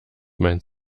mein